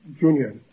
Junior